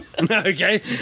Okay